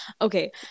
Okay